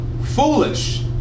Foolish